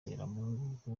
harebamungu